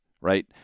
right